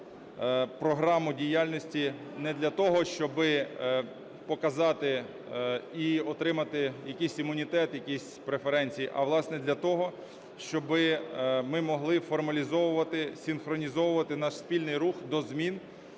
дійсно програму діяльності не для того, щоб показати і отримати якийсь імунітет, якісь преференції, а, власне, для того, щоб ми могли формалізувати, синхронізувати наш спільних рух до змін,